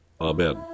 Amen